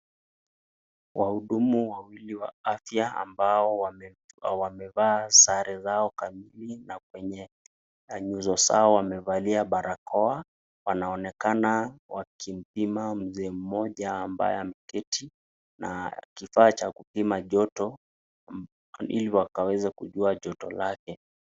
Wahudumu wawili wa afya ambao wamevaa sare zao kamili na kwenye nyuso zao wamevalia barakoa wanaonekana wakimpima mzee mmoja ambaye ameketi na kifaa cha kupima joto ili wakaweze kujua joto lake.